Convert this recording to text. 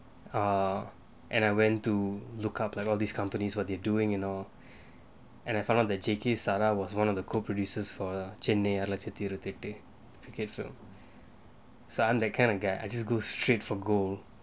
uh and I went to look up like all these companies were they doing you know and I followed the jackie sara was one of the co-producers for the Chennai ஆறு லட்சத்தி இருபத்து எட்டு:chennai aaru latchatthi irupatthu ettu so I'm that kind of guy I just go straight for goal